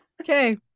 Okay